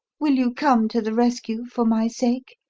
will you come to the rescue, for my sake?